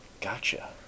Gotcha